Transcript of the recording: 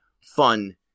fun